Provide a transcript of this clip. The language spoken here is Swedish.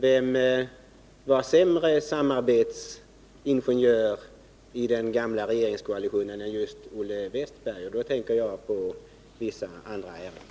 Vem var sämre samarbetsingenjör inom den gamla regeringskoalitionen än just Olle Wästberg? Då tänker jag på vissa speciella ämnen.